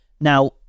Now